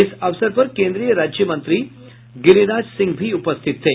इस अवसर पर केन्द्रीय राज्य मंत्री गिरिराज सिंह भी उपस्थित थे